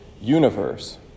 universe